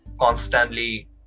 constantly